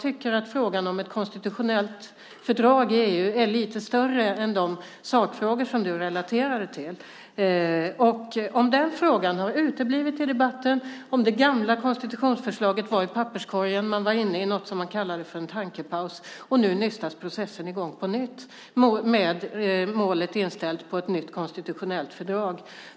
Frågan om ett konstitutionellt fördrag i EU är lite större än de sakfrågor som du relaterade till. Den frågan har uteblivit i debatten. Det gamla konstitutionsfördraget hamnade i papperskorgen, och man var inne i något som man kallar för en tankepaus. Nu nystas processen i gång på nytt med målet inställt på ett nytt konstitutionellt fördrag.